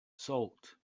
salt